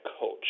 coach